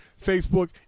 Facebook